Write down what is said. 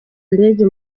ndege